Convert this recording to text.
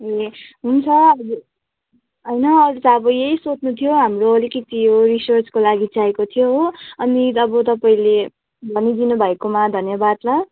ए हुन्छ अब होइन अरू त अब यही सोध्नु थियो हाम्रो अलिकति यो रिसर्चको लागि चाहिएको थियो हो अनि अब तपाईँले भनिदिनु भएकोमा धन्यवाद ल